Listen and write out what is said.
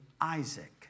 Isaac